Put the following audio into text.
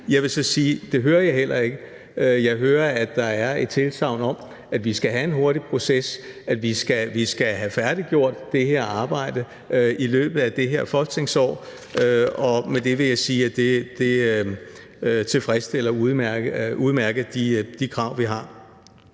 Jeg vil så sige, at det hører jeg heller ikke, jeg hører, at der er et tilsagn om, at vi skal have en hurtig proces, at vi skal have færdiggjort det her arbejde i løbet af det her folketingsår, og med det vil jeg sige, at det tilfredsstiller udmærket de krav, vi har.